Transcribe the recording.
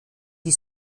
die